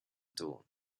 dawn